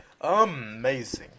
Amazing